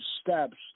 steps